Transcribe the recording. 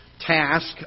task